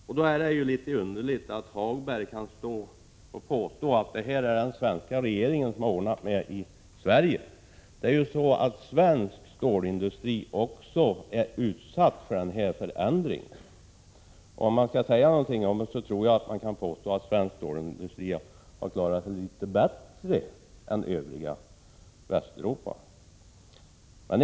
Det är då litet underligt att Lars-Ove Hagberg påstår att det är den svenska regeringen som har ordnat med detta i Sverige. Svensk stålindustri är också utsatt för denna förändring, men jag tror att man kan säga att svensk stålindustri har klarat sig litet bättre än industrin i övriga Västeuropa.